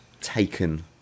taken